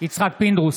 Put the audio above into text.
יצחק פינדרוס,